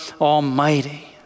Almighty